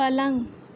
पलंग